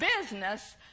business